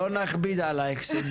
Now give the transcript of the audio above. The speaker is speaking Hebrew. בסדר, לא נכביד עליך.